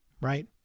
right